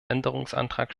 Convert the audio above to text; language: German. änderungsantrag